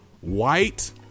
White